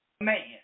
man